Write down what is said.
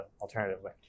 alternatively